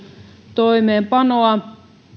toimeenpanoa